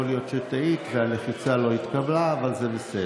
יכול להיות שטעית והלחיצה לא התקבלה, אבל זה בסדר.